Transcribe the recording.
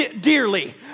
dearly